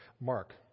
Mark